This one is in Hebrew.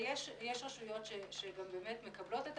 יש רשויות שבאמת מקבלות,